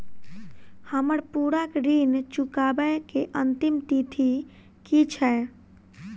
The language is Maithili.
हम्मर पूरा ऋण चुकाबै केँ अंतिम तिथि की छै?